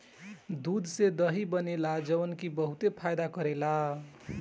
दूध से दही बनेला जवन की बहुते फायदा करेला